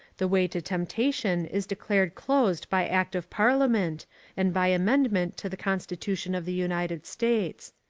the way to temptation is declared closed by act of parliament and by amendment to the constitution of the united states.